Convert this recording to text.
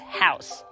house